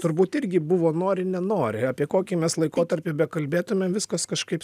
turbūt irgi buvo nori nenori apie kokį mes laikotarpį kalbėtumėm viskas kažkaip